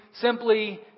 simply